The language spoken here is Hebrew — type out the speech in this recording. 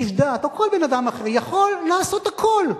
איש דת, או כל בן-אדם אחר, יכול לעשות הכול,